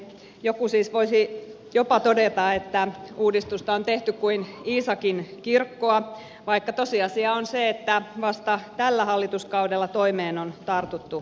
joku siis voisi jopa todeta että uudistusta on tehty kuin iisakinkirkkoa vaikka tosiasia on se että vasta tällä hallituskaudella toimeen on tartuttu totisemmin